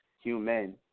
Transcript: human